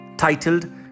titled